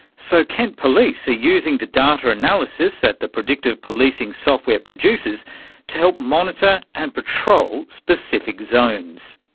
so kent police are using the data analysis that the predictive policing software produces to help monitor and patrol specific zones.